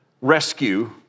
rescue